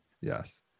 yes